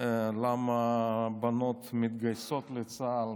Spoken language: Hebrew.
למה בנות מתגייסות לצה"ל,